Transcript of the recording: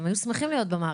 הם היו שמחים להיות במערכת,